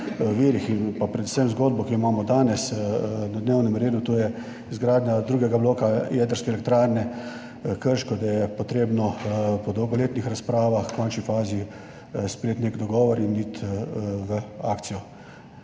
virih, predvsem pa o zgodbi, ki jo imamo danes na dnevnem redu, to je izgradnja drugega bloka Jedrske elektrarne Krško, [mimo] in da je treba po dolgoletnih razpravah v končni fazi sprejeti nek dogovor in iti v akcijo.